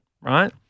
right